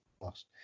lost